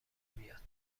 میاد